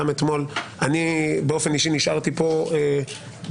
גם אתמול אני באופן אישי נשארתי פה בבניין,